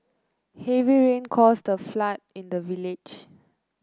heavy rain caused a flood in the village